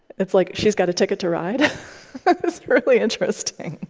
it's like she's got a ticket to ride. it's really interesting.